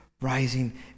rising